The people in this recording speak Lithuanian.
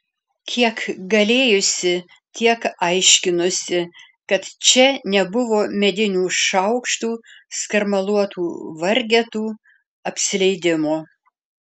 kiek galėjusi tiek aiškinusi kad čia nebuvo medinių šaukštų skarmaluotų vargetų apsileidimo